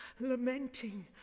lamenting